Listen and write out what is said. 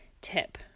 tip